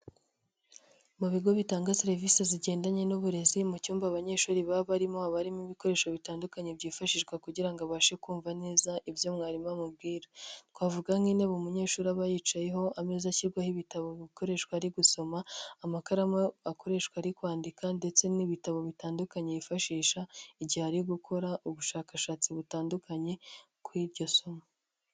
Mu bigo bitanga serivisi zigendanye n'uburezi mu cyumba abanyeshuri baba barimo, haba harimo ibikoresho bitandukanye byifashishwa kugira ngo abashe kumva neza ibyo mwarimu amubwira. Twavuga nk'intebe umunyeshuri aba yicayeho, ameza ashyirwaho ibitabo bikoreshwa ari gusoma, amakaramu akoreshwa ari kwandika ndetse n'ibitabo bitandukanye yifashisha igihe ari gukora ubushakashatsi butandukanye, kuri iryo somo.